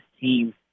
team